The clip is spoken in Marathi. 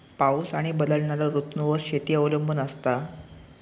पाऊस आणि बदलणारो ऋतूंवर शेती अवलंबून असता